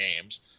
games